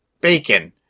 bacon